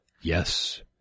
Yes